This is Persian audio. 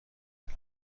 طلب